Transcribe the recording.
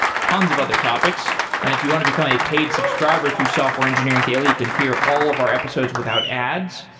tons of other topics and if you want to become a paid subscriber to software engineering daily, you can hear all of our episodes without ads,